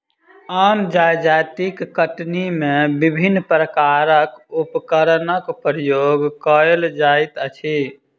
आन जजातिक कटनी मे विभिन्न प्रकारक उपकरणक प्रयोग कएल जाइत अछि